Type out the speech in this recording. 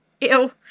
Ew